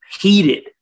heated